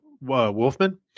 Wolfman